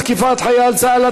תקיפת חייל צה"ל),